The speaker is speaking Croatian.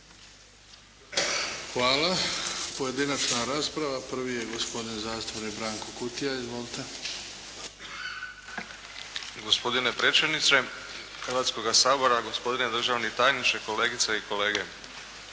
Hvala. Pojedinačna rasprava. Prvi je gospodin zastupnik Branko Kutija. Izvolite. **Kutija, Branko (HDZ)** Gospodine predsjedniče Hrvatskoga sabora, gospodine državni tajniče, kolegice i kolege.